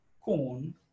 corn